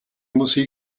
musik